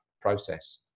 process